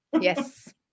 Yes